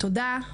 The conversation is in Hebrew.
תודה.